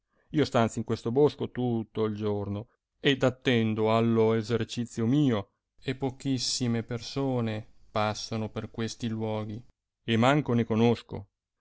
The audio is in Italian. io stanzio in questo bosco tutto il giorno ed attendo allo esercizio mio e pochissime persone passano per questi luoghi e manco ne conosco